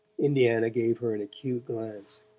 indiana gave her an acute glance.